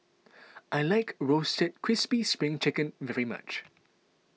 I like Roasted Crispy Spring Chicken very much